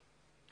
כן.